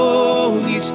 Holy